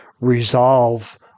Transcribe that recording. resolve